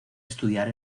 estudiar